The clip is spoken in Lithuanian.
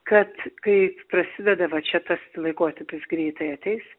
kad kai prasideda va čia tas laikotarpis greitai ateis